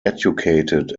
educated